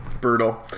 brutal